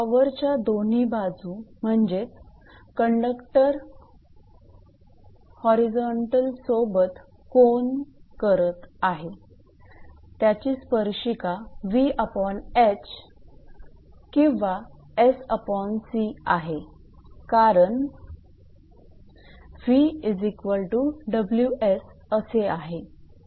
टॉवरच्या दोन्ही बाजू म्हणजेच कंडक्टर होरिझोंतल सोबत कोन करत आहे त्याची स्पर्शिका 𝑉𝐻 किंवा 𝑠𝑐 आहे कारण 𝑉𝑊𝑠 असे आहे